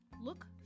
look